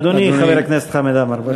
אדוני, חבר הכנסת חמד עמאר, בבקשה.